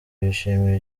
bishimira